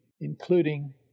including